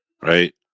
right